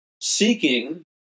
seeking